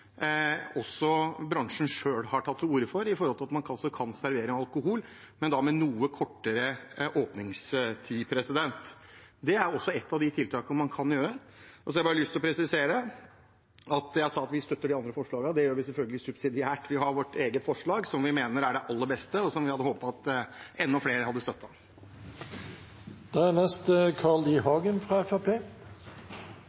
også bransjen selv har tatt til orde for, der man kan servere alkohol, men med noe kortere åpningstid. Det er også et av tiltakene man kan gjøre. Jeg sa at vi støtter de andre forslagene, og jeg har lyst til å presisere at vi selvfølgelig gjør det subsidiært. Vi har vårt eget forslag, som vi mener er det aller beste, og som vi hadde håpet enda flere hadde